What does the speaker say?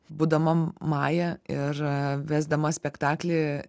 būdama maja ir vesdama spektaklį